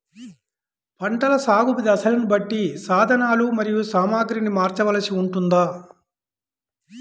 పంటల సాగు దశలను బట్టి సాధనలు మరియు సామాగ్రిని మార్చవలసి ఉంటుందా?